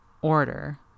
order